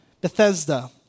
Bethesda